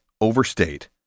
overstate